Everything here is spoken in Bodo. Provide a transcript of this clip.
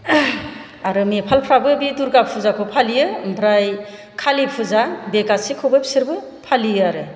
आरो नेपालफ्राबो बे दुर्गा फुजाखौ फालियो आमफ्राय खालि फुजा बे गासिखौबो बिसोर फालियो आरो